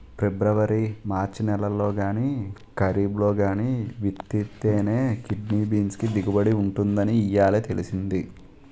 February March నెలల్లో గానీ, కరీబ్లో గానీ విత్తితేనే కిడ్నీ బీన్స్ కి దిగుబడి ఉంటుందని ఇయ్యాలే తెలిసింది